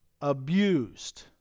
abused